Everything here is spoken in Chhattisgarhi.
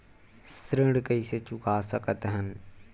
ऋण कइसे चुका सकत हन?